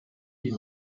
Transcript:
die